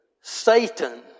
Satan